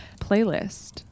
Playlist